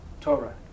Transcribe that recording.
Torah